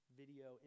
video